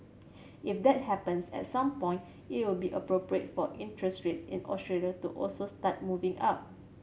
if that happens at some point it will be appropriate for interest rates in Australia to also start moving up